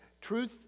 truth